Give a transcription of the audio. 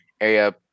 area